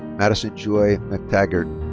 madison joy mctaggart.